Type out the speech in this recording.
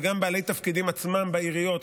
וגם בעלי תפקידים עצמם בעיריות,